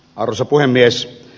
arvoisa puhemies